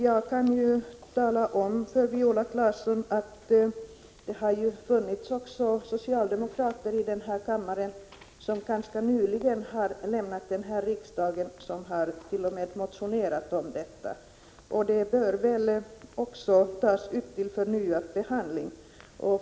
Jag kan tala om för Viola Claesson att det också har funnits socialdemokrater i den här kammaren — de har ganska nyligen lämnat riksdagen — som t.o.m. motionerat om detta. Frågan bör väl också tas upp till förnyad behandling.